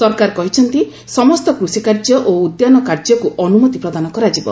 ସରକାର କହିଛନ୍ତି ସମସ୍ତ କୃଷିକାର୍ଯ୍ୟ ଓ ଉଦ୍ୟାନ କାର୍ଯ୍ୟକୁ ଅନୁମତି ପ୍ରଦାନ କରାଯିବ